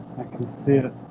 can see it